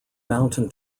mountain